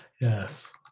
Yes